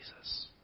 Jesus